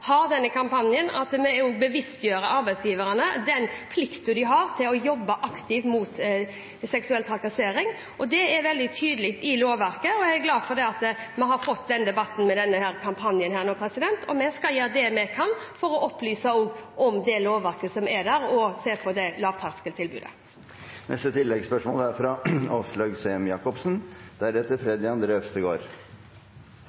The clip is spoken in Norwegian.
har denne kampanjen, og at vi bevisstgjør arbeidsgiverne på den plikten de har til å jobbe aktivt mot seksuell trakassering. Det er veldig tydelig i lovverket, og jeg er glad for at vi har fått denne debatten med denne kampanjen. Vi skal gjøre det vi kan for å opplyse om det lovverket som er der, og ved å utrede et lavterskeltilbud. Åslaug Sem-Jacobsen – til oppfølgingsspørsmål. Som Arbeiderpartiet peker på,